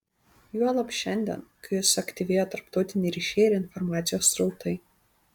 juolab šiandien kai suaktyvėjo tarptautiniai ryšiai ir informacijos srautai